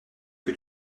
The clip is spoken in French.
que